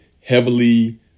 heavily